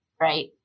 Right